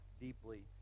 deeply